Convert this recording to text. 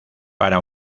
para